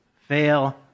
fail